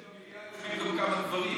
שבמליאה יושבים גם כמה גברים.